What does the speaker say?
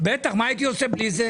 מה הייתי עושה בלי זה?